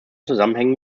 zusammenhängen